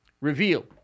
revealed